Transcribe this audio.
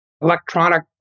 electronic